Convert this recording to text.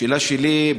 השאלה שלי,